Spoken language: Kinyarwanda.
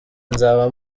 nzaba